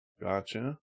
Gotcha